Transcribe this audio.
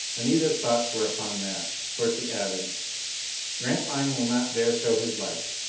anita's thoughts were upon that, for she added grantline will not dare show his light!